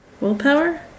Willpower